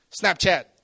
Snapchat